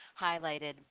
highlighted